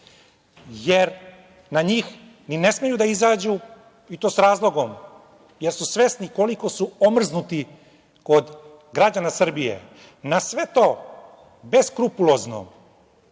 jer na njih ni ne smeju da izađu i to sa razlogom, jer su svesni koliko su omrznuti kod građana Srbije. Na sve to beskrupulozno